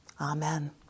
Amen